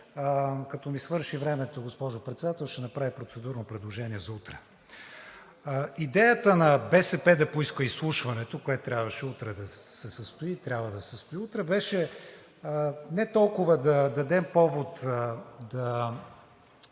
Като ми свърши времето, госпожо Председател, ще направя и процедурно предложение за утре. Идеята на БСП да поиска изслушването, което трябваше утре да се състои, и трябва да се състои утре, беше не толкова да дадем повод, как